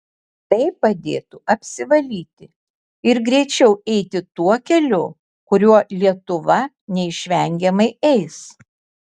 tai padėtų apsivalyti ir greičiau eiti tuo keliu kuriuo lietuva neišvengiamai eis